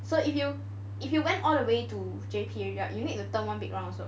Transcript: so if you if you went all the way to J_P already right you need to turn one big round also